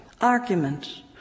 argument